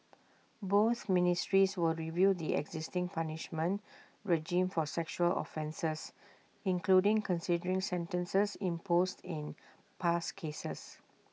both ministries will review the existing punishment regime for sexual offences including considering sentences imposed in past cases